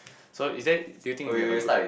so is there do you think you have a good